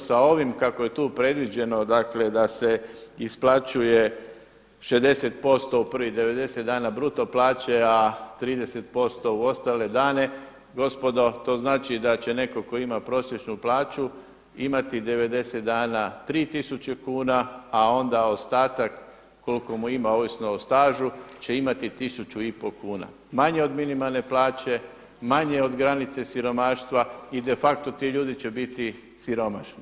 Sa ovim kako je tu predviđeno, dakle da se isplaćuje 60% u prvih 90 dana bruto plaće a 30% u ostale dane, gospodo to znači da će netko tko ima prosječnu plaću imati 90 dana 3000 kuna a onda ostatak koliko mu ima ovisno o stažu će imati tisuću i pol kuna, manje od minimalne plaće, manje od granice siromaštva i defacto ti ljudi će biti siromašni.